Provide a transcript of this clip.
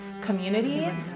community